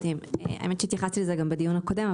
האמת שהתייחסתי לזה גם בדיון הקודם,